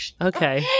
okay